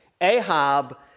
Ahab